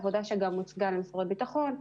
עבודה שגם הוצגה למשרד הביטחון.